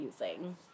using